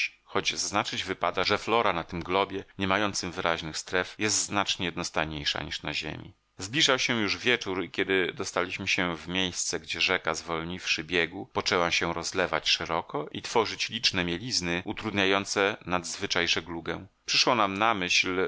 choć zaznaczyć wypada że flora na tym globie nie mającym wyraźnych stref jest znacznie jednostajniejsza niż na ziemi zbliżał się już wieczór kiedy dostaliśmy się w miejsce gdzie rzeka zwolniwszy biegu poczęła się rozlewać szeroko i tworzyć liczne mielizny utrudniające nadzwyczaj żeglugę przyszło nam na myśl